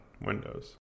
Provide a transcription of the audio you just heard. Windows